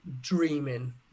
dreaming